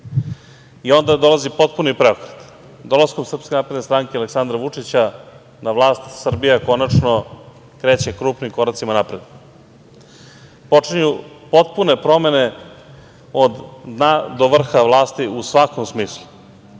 i onda dolazi potpuni preokret. Dolaskom SNS i Aleksandra Vučića na vlast, Srbija konačno kreće krupnim koracima napred. Počinju potpune promene od dna do vrha vlasti u svakom smislu,